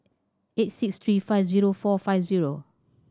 eight six three five zero four five zero